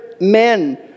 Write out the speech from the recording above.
men